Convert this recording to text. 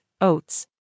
oats